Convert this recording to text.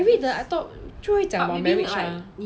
marry 了 I thought 就会讲 about marriage ah